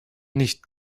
nicht